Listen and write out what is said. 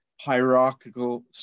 hierarchical